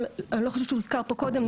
אני לא חושבת שהוא הוזכר פה קודם,